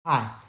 Hi